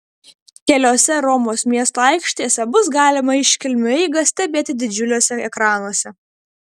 keliose romos miesto aikštėse bus galima iškilmių eigą stebėti didžiuliuose ekranuose